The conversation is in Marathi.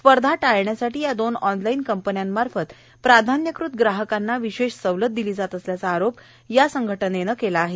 स्पर्धा टाळण्यासाठी या दोन ऑनलाईन कंपन्यांमार्फत प्राधान्यकृत ग्राहकांना विशेष सवलत दिली जात असल्याचा आरोप या व्यापारी संघटनेनं केला आहे